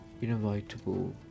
inevitable